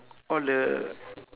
all the